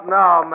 now